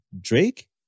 Drake